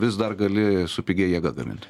vis dar gali su pigia jėga gamint